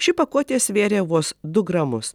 ši pakuotė svėrė vos du gramus